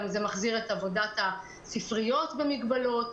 גם זה מחזיר את עבודת הספריות במגבלות,